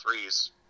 threes